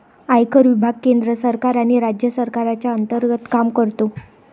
आयकर विभाग केंद्र सरकार आणि राज्य सरकारच्या अंतर्गत काम करतो